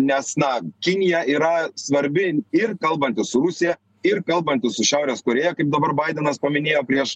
nes na kinija yra svarbi ir kalbantis su rusija ir kalbantis su šiaurės korėja kaip dabar baidenas paminėjo prieš